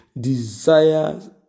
desires